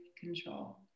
control